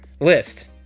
list